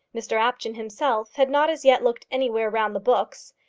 mr apjohn himself had not as yet looked anywhere round the books.